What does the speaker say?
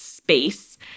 space